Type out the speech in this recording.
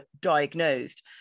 diagnosed